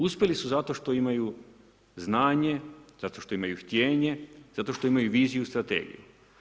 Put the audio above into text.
Uspjeli su zato što imaju znanje, zato što imaju htjenje, zato što imaju viziju i strategiju.